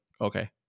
okay